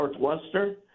Northwestern